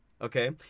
Okay